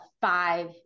five